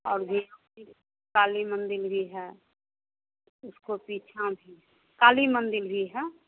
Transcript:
और भी काली मंदिर भी है उसको पीछे काली मंदिर भी है